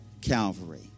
Calvary